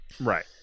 Right